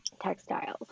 textiles